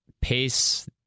pace